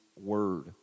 word